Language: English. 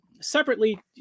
separately